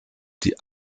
die